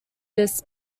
this